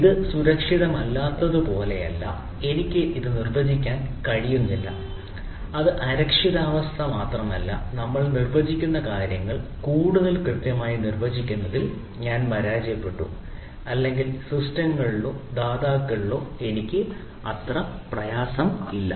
അത് സുരക്ഷിതമല്ലാത്തത് പോലെയല്ല എനിക്ക് ഇത് നിർവചിക്കാൻ കഴിയുന്നില്ല അത് അരക്ഷിതാവസ്ഥ മാത്രമല്ല നമ്മൾ നിർവചിക്കുന്ന കാര്യങ്ങൾ കൂടുതൽ കൃത്യമായി നിർവചിക്കുന്നതിൽ ഞാൻ പരാജയപ്പെട്ടു അല്ലെങ്കിൽ സിസ്റ്റങ്ങളിലോ ദാതാക്കളിലോ എനിക്ക് അത്ര വിശ്വാസമോ ഇല്ല